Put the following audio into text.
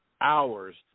hours